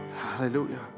Hallelujah